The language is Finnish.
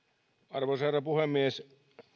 arvoisa herra puhemies